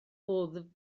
wddf